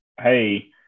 Hey